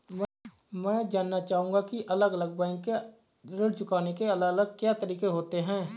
मैं जानना चाहूंगा की अलग अलग बैंक के ऋण चुकाने के अलग अलग क्या तरीके होते हैं?